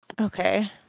Okay